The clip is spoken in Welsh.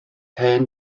hen